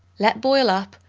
let boil up,